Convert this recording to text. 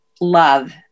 love